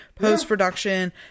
post-production